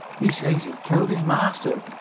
he says he killed his master.